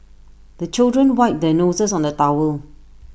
the children wipe their noses on the towel